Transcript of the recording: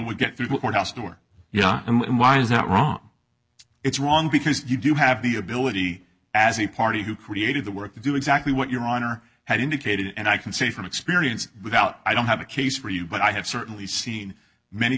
we get through the courthouse door yeah and why is it wrong it's wrong because you do have the ability as the party who created the work to do exactly what your honor had indicated and i can say from experience without i don't have a case for you but i have certainly seen many